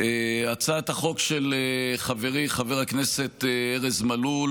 הצעת החוק של חברי חבר הכנסת ארז מלול,